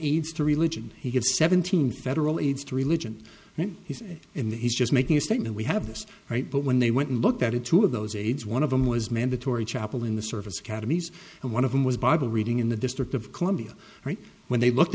aides to religion he gives seventeen federal aids to religion and he's in the he's just making a statement we have this right but when they went and looked at it two of those aides one of them was mandatory chapel in the service academies and one of them was bible reading in the district of columbia right when they looked